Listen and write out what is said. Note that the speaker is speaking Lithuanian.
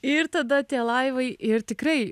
ir tada tie laivai ir tikrai